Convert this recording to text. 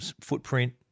footprint